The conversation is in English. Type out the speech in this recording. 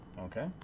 okay